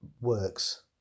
works